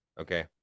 okay